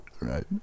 Right